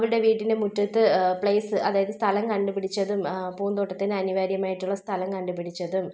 അവരുടെ വീട്ടിൻ്റെ മുറ്റത്ത് പ്ലേസ് അതായത് സ്ഥലം കണ്ട് പിടിച്ചതും പൂന്തോട്ടത്തിന് അനിവാര്യമായിട്ടുള്ള സ്ഥലം കണ്ട് പിടിച്ചതും